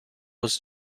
was